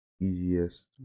easiest